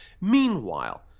Meanwhile